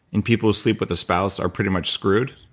and people who sleep with a spouse are pretty much screwed